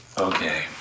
Okay